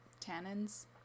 Tannins